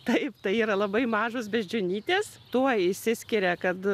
taip tai yra labai mažos beždžionytės tuo išsiskiria kad